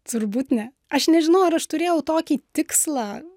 turbūt ne aš nežinau ar aš turėjau tokį tikslą